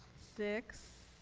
six,